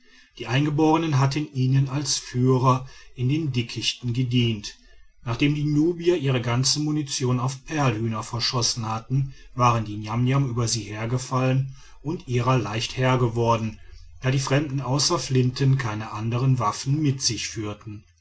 die eingeborenen hatten ihnen als führer in den dickichten gedient nachdem die nubier ihre ganze munition auf perlhühner verschossen hatten waren die niamniam über sie hergefallen und ihrer leicht herr geworden da die fremden außer flinten keine andern waffen mit sich führten